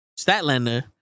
Statlander